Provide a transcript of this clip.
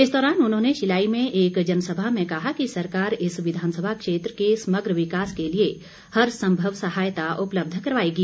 इस दौरान उन्होंने शिलाई में एक जनसभा में कहा कि सरकार इस विधानसभा क्षेत्र के समग्र विकास के लिए हर संभव सहायता उपलब्ध करवायेगी